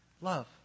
love